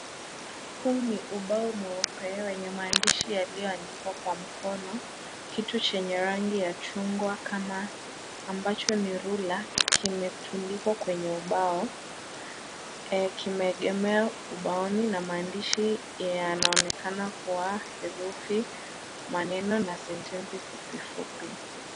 Huu ni ubao mweupe wenye maandishi yaliyoandikwa kwa mkono. Kitu chenye rangi ya chungwa kama ambacho ni rula, kimetundikwa kwenye ubao, kimeegemea ubaoni na maandishi yanaonekana kuwa herufi, maneno na sentensi fupi fupi.